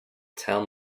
tell